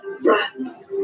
breaths